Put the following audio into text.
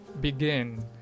begin